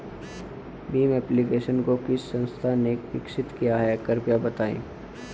Bhim application को किस संस्था ने विकसित किया है कृपया बताइए?